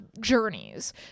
journeys